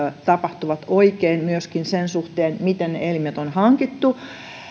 tapahtuvat oikein myöskin sen suhteen miten ne elimet on hankittu